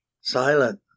silent